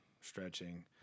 stretching